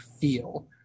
feel